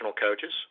coaches